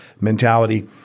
mentality